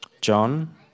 John